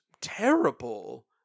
terrible